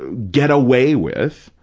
ah get away with,